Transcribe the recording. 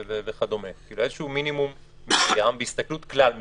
כשזה איזה מינימום מסוים בהסתכלות כלל משקית,